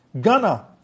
Ghana